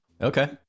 Okay